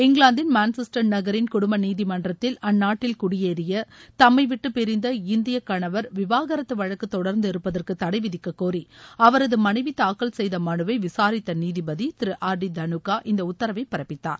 இங்கிலாந்தின் மான்செஸ்டர் நகரின் குடும்ப நீதிமன்றத்தில் அந்நாட்டில் குடியேறிய தம்மைவிட்டு பிரிந்த இந்திய கணவர் விவாகரத்து வழக்கு தொடர்ந்து இருப்பதற்கு தடை விதிக்கக்கோரி அவரது மனைவி தாக்கல் செய்த மனுவை விசாரித்த நீதிபதி திரு ஆர் டி தனுக்கா இந்த உத்தரவை பிறப்பித்தார்